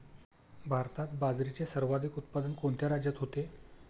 भारतात बाजरीचे सर्वाधिक उत्पादन कोणत्या राज्यात होते?